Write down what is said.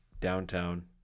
downtown